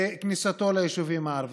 בכניסתו ליישובים הערביים,